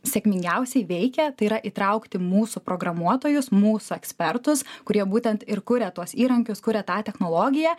sėkmingiausiai veikia tai yra įtraukti mūsų programuotojus mūsų ekspertus kurie būtent ir kuria tuos įrankius kuria tą technologiją